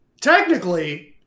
Technically